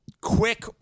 Quick